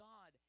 God